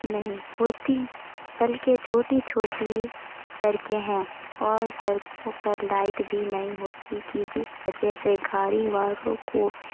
نہیں ہوتی بلکہ چھوٹی چھوٹی سڑکیں ہیں اور سڑکوں پر لائٹ بھی نہیں ہوتی کہ جس وجہ سے گاڑی والوں کو